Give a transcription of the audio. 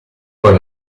poi